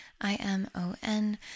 I-M-O-N